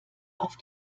auf